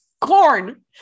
corn